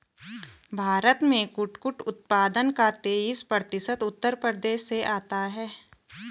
भारत में कुटकुट उत्पादन का तेईस प्रतिशत उत्तर प्रदेश से आता है